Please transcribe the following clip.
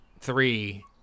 three